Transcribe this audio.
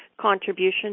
contribution